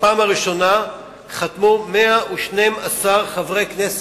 בפעם הראשונה חתמו 112 חברי כנסת,